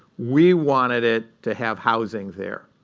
we wanted it to have housing there.